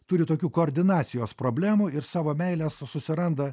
turiu tokių koordinacijos problemų ir savo meilę susiranda